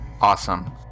awesome